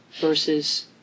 versus